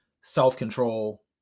self-control